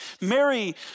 Mary